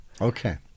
Okay